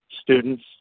students